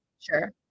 Sure